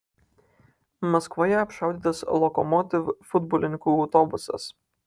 maskvoje apšaudytas lokomotiv futbolininkų autobusas